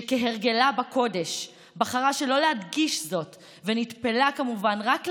שכהרגלה בקודש בחרה שלא להדגיש זאת ונטפלה כמובן רק לגנדי,